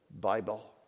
Bible